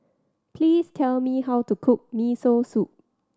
please tell me how to cook Miso Soup